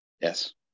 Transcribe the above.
yes